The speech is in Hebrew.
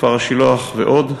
כפר-השילוח ועוד.